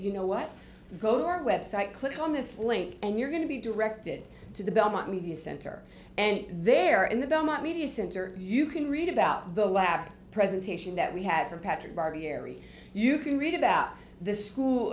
you know what go for web site click on this link and you're going to be directed to the belmont media center and they're in the donut media center you can read about the last presentation that we had from patrick barberry you can read about this school